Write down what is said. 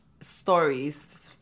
stories